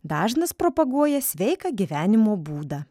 dažnas propaguoja sveiką gyvenimo būdą